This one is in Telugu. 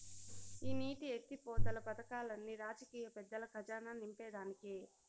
ఈ నీటి ఎత్తిపోతలు పదకాల్లన్ని రాజకీయ పెద్దల కజానా నింపేదానికే